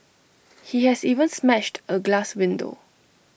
he has even smashed A glass window